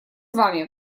вами